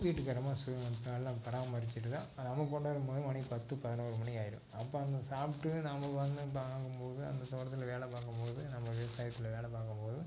வீட்டுக்காரம்மா so நல்லா பராமரித்துட்டு தான் அது நமக்கு கொண்டாரும் போது மணி பத்து பதினொரு மணி ஆகிடும் அப்போ அவங்க சாப்பிட்டு நம்ம வந்து பார்க்கும் போது அந்தத் தோட்டத்தில் வேலை பார்க்கும் போது நம்ம விவசாயத்தில் வேலை பார்க்கும் போது